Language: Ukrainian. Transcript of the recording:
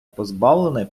позбавлений